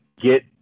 get